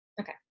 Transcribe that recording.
Okay